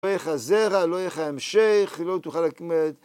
לא יהיה לך זרע, לא יהיה לך המשך, לא תוכל לקמת.